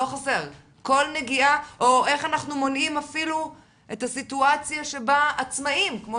או איך אנחנו מונעים אפילו את הסיטואציה שבה עצמאים כמו